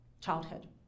childhood